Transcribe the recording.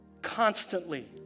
Constantly